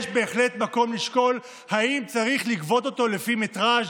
יש מקום בהחלט לשקול אם צריך לגבות אותו לפי מטרז'.